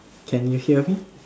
can you hear me